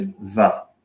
va